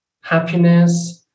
happiness